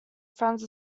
friends